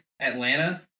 Atlanta